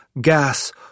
gas